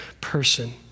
person